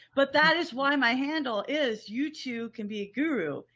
but that is why my handle is youtube can be a guru.